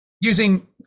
using